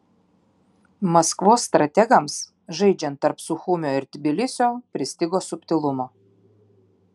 maskvos strategams žaidžiant tarp suchumio ir tbilisio pristigo subtilumo